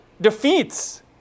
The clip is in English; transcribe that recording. defeats